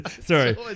sorry